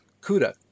cuda